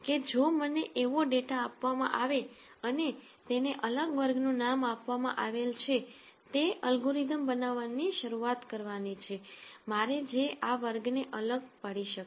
કે જો મને એવો ડેટા આપવામાં આવે અને તેને અલગ વર્ગ નું નામ આપવામાં આવેલ છે તે એ છે જેનાથી મારે શરૂઆત કરવાની છેજો હું એવો અલ્ગોરિધમ બનાવી શકું કે જે આ વર્ગ ને અલગ પાડી શકે